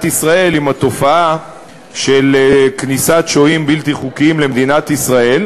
ישראל עם התופעה של כניסת שוהים בלתי חוקיים למדינת ישראל.